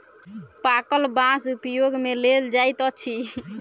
पाकल बाँस उपयोग मे लेल जाइत अछि